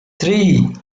three